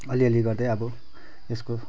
अलिअलि गर्दै अब यसको